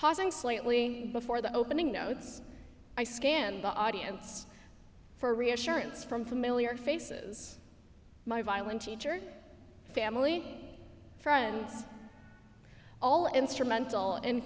pausing slightly before the opening notes i scan the audience for reassurance from familiar faces my violin teacher family friends all instrumental in